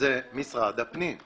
וזה משרד הפנים.